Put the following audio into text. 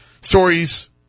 stories